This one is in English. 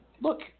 Look